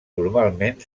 normalment